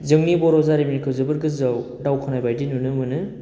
जोंनि बर' जारिमिनखौ जोबोद गोजौआव दावखोनाय बायदि नुनो मोनो